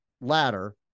ladder